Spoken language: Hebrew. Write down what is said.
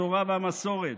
התורה והמסורת,